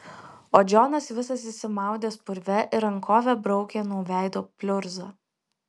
o džonas visas išsimaudęs purve ir rankove braukė nuo veido pliurzą